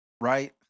Right